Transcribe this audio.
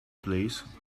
please